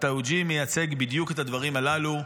התאוג'יהי מייצג בדיוק את הדברים הללו.